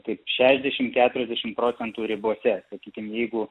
kaip šešdešim keturiasdešim procentų ribose sakykim jeigu